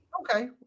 Okay